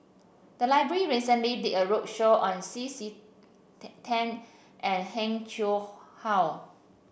the library recently did a roadshow on C C Tan Tan and Heng Chee How